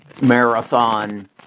Marathon